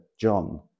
John